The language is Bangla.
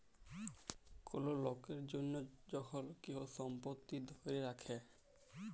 কল লকের জনহ যখল কেহু সম্পত্তি ধ্যরে রাখে